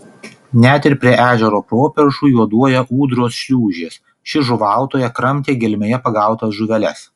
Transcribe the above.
net ir prie ežero properšų juoduoja ūdros šliūžės ši žuvautoja kramtė gelmėje pagautas žuveles